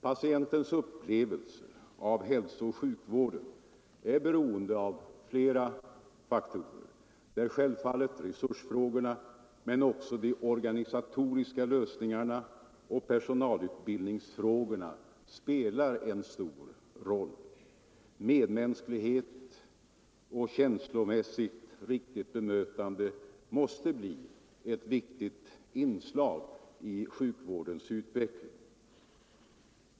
Patientens upplevelser av hälsooch sjukvården är beroende av flera faktorer, där självfallet resursfrågorna, men också de organisatoriska lösningarna och personalutbildningsfrågorna spelar en stor roll. Medmänsklighet och känslomässigt riktigt bemötande måste bli ett viktigt inslag i sjukvårdens utveckling.